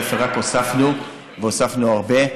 להפך, רק הוספנו, והוספנו הרבה.